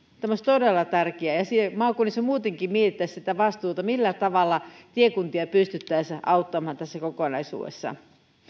olisi todella tärkeää ja maakunnissa muutenkin mietittäisiin sitä vastuuta millä tavalla tiekuntia pystyttäisiin auttamaan tässä kokonaisuudessa